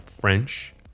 French